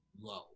low